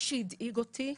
מה שהדאיג אותי,